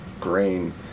grain